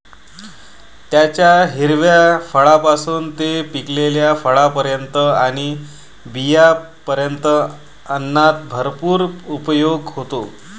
त्याच्या हिरव्या फळांपासून ते पिकलेल्या फळांपर्यंत आणि बियांपर्यंत अन्नात भरपूर उपयोग होतो